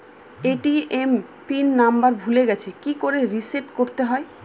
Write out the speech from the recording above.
ATM pin number ভুলে গেছি কি করে রিসেট করতে হয়?